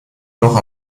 noch